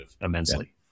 immensely